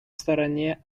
стороне